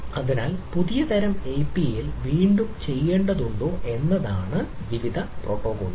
അതിനാൽ പുതിയ തരം API യിൽ വീണ്ടും ചെയ്യേണ്ടതുണ്ടോ എന്നതാണ് വിവിധ പ്രോട്ടോക്കോളുകൾ